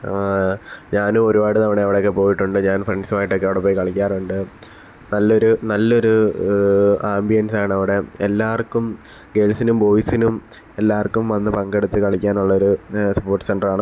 ഞാനും ഒരുപാട് തവണ അവിടെയൊക്കെ പോയിട്ടുണ്ട് ഞാൻ ഫ്രണ്ട്സുമായിട്ടൊക്കെ അവിടെ പോയി കളിക്കാറുണ്ട് നല്ലൊരു നല്ലൊരു ആമ്പിയൻസ് ആണവിടെ എല്ലാവർക്കും ഗേൾസിനും ബോയിസിനും എല്ലാവർക്കും വന്നു പങ്കെടുത്ത് കളിയ്ക്കാനുള്ളൊരു സ്പോർട്സ് സെന്ററാണ്